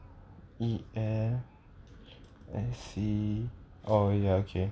E L S C E oh ya okay